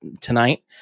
tonight